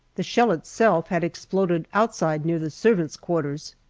the shell itself had exploded outside near the servants' quarters.